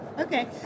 Okay